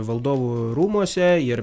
valdovų rūmuose ir